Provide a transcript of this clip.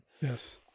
yes